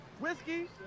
whiskey